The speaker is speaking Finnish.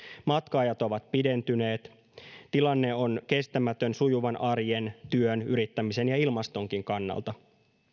matka ajat ovat pidentyneet tilanne on kestämätön sujuvan arjen työn yrittämisen ja ilmastonkin kannalta